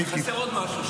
חסר עוד משהו,